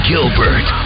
Gilbert